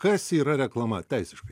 kas yra reklama teisiškai